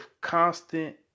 constant